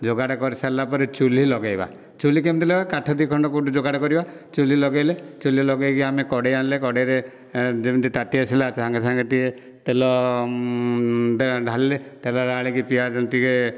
ଯୋଗାଡ଼ କରି ସାରିଲା ପରେ ଚୁଲି ଲଗେଇବା ଚୁଲି କେମିତି ଲଗେଇବା କାଠ ଦୁଇ ଖଣ୍ଡ କେଉଁଠୁ ଯୋଗାଡ଼ କରିବା ଚୁଲି ଲଗେଇଲେ ଚୁଲି ଲଗେଇକି ଆମେ କଡ଼େଇ ଆଣିଲେ କଡ଼େଇରେ ଯେମିତି ତାତି ଆସିଲା ସାଙ୍ଗେ ସାଙ୍ଗେ ଟିକିଏ ତେଲ ଢ଼ାଳିଲେ ତେଲ ଢ଼ାଳିକି ପିଆଜ ଟିକିଏ